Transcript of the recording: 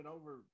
over